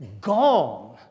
gone